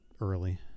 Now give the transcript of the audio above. early